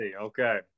Okay